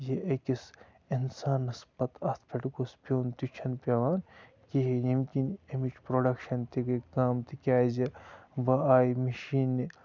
یہِ أکِس اِنسانَس پَتہٕ اَتھ پٮ۪ٹھ گوٚژھ پیوٚن تہِ چھَنہٕ پٮ۪وان کِہیٖنۍ ییٚمہِ کِنۍ اَمِچ پرٛوٚڈَکشَن تہِ گٔے کَم تِکیٛازِ وۄنۍ آیہِ مِشیٖنہِ